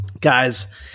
Guys